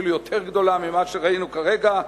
אפילו יותר גדולה ממה שראינו כרגע,